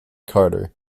carter